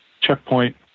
checkpoint